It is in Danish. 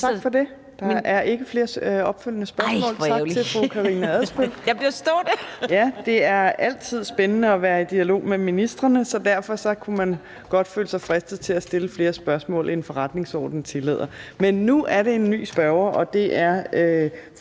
Tak for det. Der er ikke flere opfølgende spørgsmål. Tak til fru Karina Adsbøl. (Karina Adsbøl (DF): Ej, hvor ærgerligt! Jeg bliver stående). (Munterhed). Ja, det er altid spændende at være i dialog med ministrene, så derfor kunne man godt føle sig fristet til at stille flere spørgsmål, end forretningsordenen tillader. Men nu er det en ny spørger, og det er